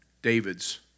David's